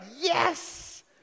yes